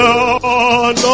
Lord